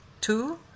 two